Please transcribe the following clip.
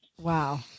Wow